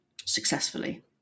successfully